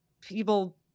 people